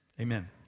amen